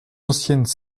anciennes